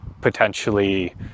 potentially